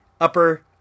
upper